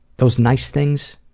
those nice things,